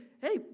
hey